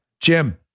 Jim